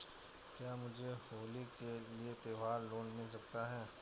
क्या मुझे होली के लिए त्यौहार लोंन मिल सकता है?